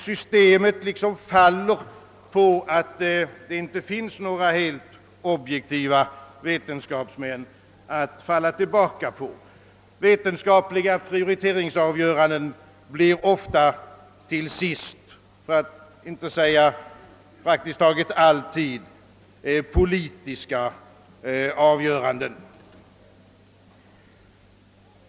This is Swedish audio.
Systemet faller på att det inte finns några helt objektiva vetenskapsmän. Vetenskapliga prioriteringsavgöranden blir till sist ofta — för att inte säga praktiskt taget alltid — politiska avgöranden.